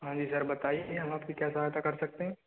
हाँ जी सर बताइए हम आपकी क्या सहायता कर सकते हैं